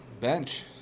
Bench